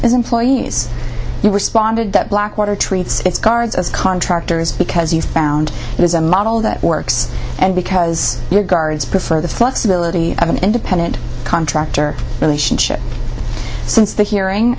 as employees you responded that blackwater treats its guards as contractors because you found it is a model that works and because your guards prefer the flexibility of an independent contractor relationship since the hearing